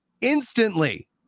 instantly